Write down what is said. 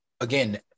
again